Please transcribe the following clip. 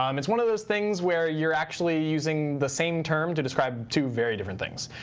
um it's one of those things where you're actually using the same term to describe two very different things.